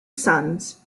sons